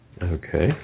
Okay